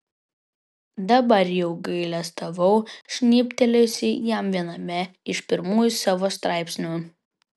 dabar jau gailestavau žnybtelėjusi jam viename iš pirmųjų savo straipsnių